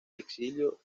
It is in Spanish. exilio